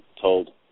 told